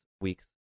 week's